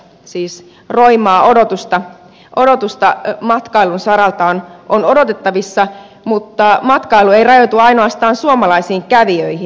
siis roimaa kasvua matkailun saralta on odotettavissa mutta matkailu ei rajoitu ainoastaan suomalaisiin kävijöihin